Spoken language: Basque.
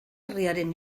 herriaren